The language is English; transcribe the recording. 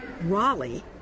Raleigh